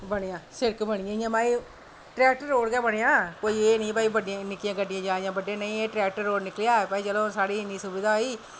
बनेआ ते सिड़क बनी ऐ इंया ट्रैक्टर रोड़ गै बनेआ कोई एह् निं ऐ की कोई निक्कियां गड्डियां जा दियां नेईं एह् ट्रैक्टर रोड़ निकलेआ ते एह् रोड़ दी साढ़ी इन्नी सुविधा होई